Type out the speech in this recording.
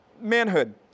manhood